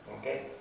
okay